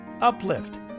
Uplift